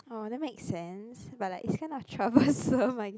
oh that make sense but like it's kind of troublesome